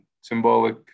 symbolic